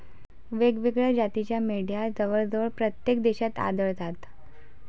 वेगवेगळ्या जातीच्या मेंढ्या जवळजवळ प्रत्येक देशात आढळतात